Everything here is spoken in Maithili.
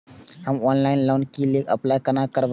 हम ऑनलाइन लोन के लिए अप्लाई केना करब?